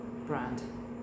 brand